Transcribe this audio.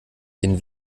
den